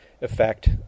effect